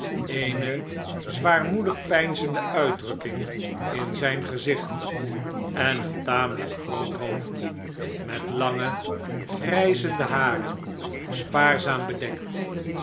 eene zwaarmoedig peinzende uitdrukking in zijn gezicht en een tamelijk groot hoofd met lange grijzende haren spaarzaam bedekt